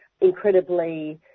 incredibly